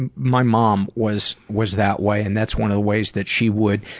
and my mom was was that way and that's one of the ways that she would